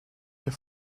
hier